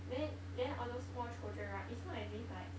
then then all those small children right it's not as if like